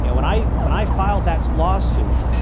you know when i when i filed that lawsuit,